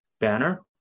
banner